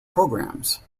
programs